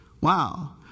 Wow